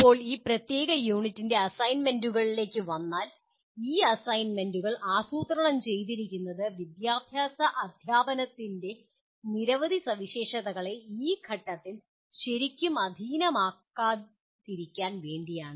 ഇപ്പോൾ ഈ പ്രത്യേക യൂണിറ്റിന്റെ അസൈൻമെൻ്റു കളിലേക്ക് വന്നാൽ ഈ അസൈൻമെൻ്റുകൾ ആസൂത്രണം ചെയ്തിരിക്കുന്നത് വിദ്യാഭ്യാസ അദ്ധ്യാപനത്തിൻ്റെ നിരവധി സവിശേഷതകളെ ഈ ഘട്ടത്തിൽ ശരിക്കും അധീനമാക്കാതിരിക്കാൻ വേണ്ടിയാണ്